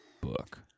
book